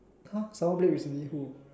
!huh! someone play with who